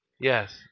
Yes